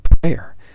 prayer